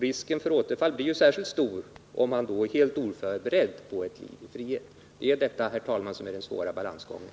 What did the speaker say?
Risken för återfall blir ju särskilt stor om han då är helt oförberedd på ett liv i frihet. Det är detta, herr talman, som är den svåra balansgången.